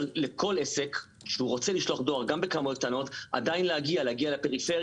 לכל עסק שרוצה לשלוח דואר גם בכמויות קטנות עדיין להגיע לפריפריה,